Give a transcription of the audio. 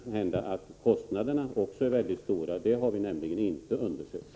Kanhända är kostnaderna mycket stora. Det har vi nämligen inte undersökt.